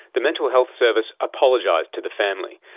the mental health service apologised to the family,